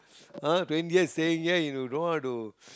!huh! twenty years staying here you don't know how to